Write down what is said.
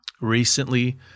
Recently